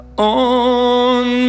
on